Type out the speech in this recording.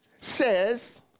says